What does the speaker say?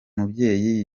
mubyeyi